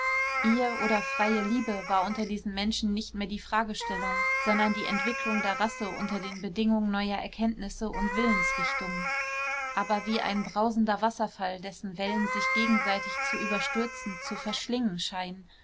ehe oder freie liebe war unter diesen menschen nicht mehr die fragestellung sondern die entwicklung der rasse unter den bedingungen neuer erkenntnisse und willensrichtungen aber wie ein brausender wasserfall dessen wellen sich gegenseitig zu überstürzen zu verschlingen scheinen